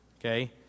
Okay